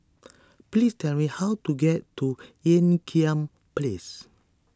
please tell me how to get to Ean Kiam Place